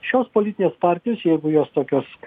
šios politinės partijos jeigu jos tokios